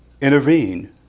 intervene